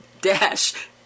dash